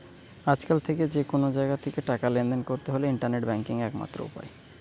আজকাল যে কুনো জাগা থিকে টাকা লেনদেন কোরতে হলে ইন্টারনেট ব্যাংকিং একমাত্র উপায়